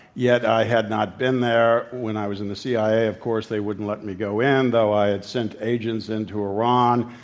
yet i had not been there. when i was in the cia, of course they wouldn't let me go in, though i had sent agents into iran.